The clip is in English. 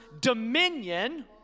dominion